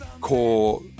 core